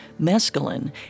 mescaline